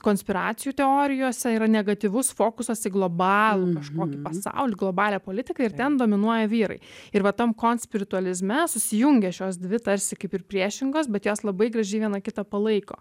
konspiracijų teorijose yra negatyvus fokusas į globalų kažkokį pasaulį globalią politiką ir ten dominuoja vyrai ir va tam konspiritualizme susijungia šios dvi tarsi kaip ir priešingos bet jos labai gražiai viena kitą palaiko